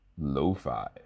lo-fi